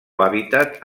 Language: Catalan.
hàbitat